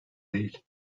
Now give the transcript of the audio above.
değil